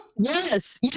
Yes